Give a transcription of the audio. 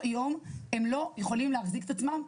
הם לא יכולים להחזיק עצמם.